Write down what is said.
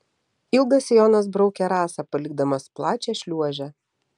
ilgas sijonas braukė rasą palikdamas plačią šliuožę